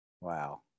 Wow